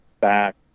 back